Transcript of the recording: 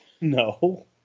No